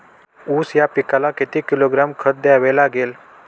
ऊस या पिकाला किती किलोग्रॅम खत द्यावे लागेल?